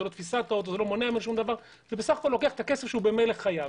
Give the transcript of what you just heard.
זה בסך הכול לוקח את הכסף שהוא ממילא חייב.